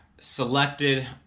selected